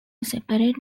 separate